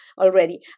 already